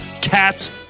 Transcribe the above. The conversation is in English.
Cats